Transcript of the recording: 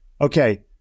Okay